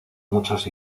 muchos